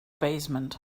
basement